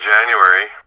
January